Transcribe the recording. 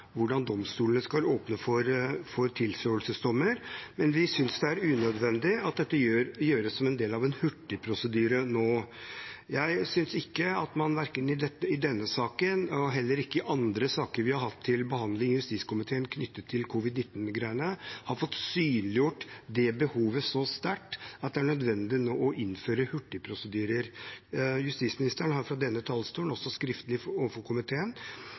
hvordan domstolene skal åpne for tilståelsesdommer, men vi synes det er unødvendig at det gjøres som en del av en hurtigprosedyre nå. Jeg synes at man verken i denne saken eller andre saker vi har hatt til behandling i justiskomiteen knyttet til covid-19, har fått synliggjort behovet så sterkt at det har vært nødvendig å innføre hurtigprosedyrer. Justisministeren har fra denne talerstolen og også skriftlig overfor komiteen